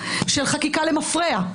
של חקיקה למפרע.